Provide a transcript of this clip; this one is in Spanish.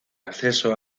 acceso